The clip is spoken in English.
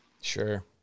Sure